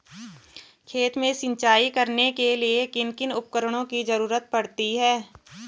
खेत में सिंचाई करने के लिए किन किन उपकरणों की जरूरत पड़ती है?